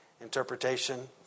interpretation